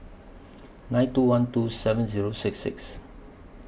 nine two one two seven Zero six six